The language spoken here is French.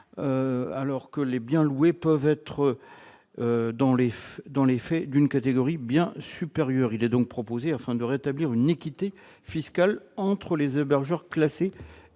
alors que les biens loués peuvent être, dans les faits, d'une catégorie bien supérieure. Afin de rétablir une équité fiscale entre les hébergeurs classés